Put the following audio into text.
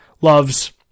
loves